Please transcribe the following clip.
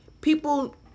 people